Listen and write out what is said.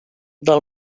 del